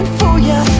for ya,